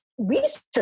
research